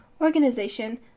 organization